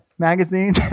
magazine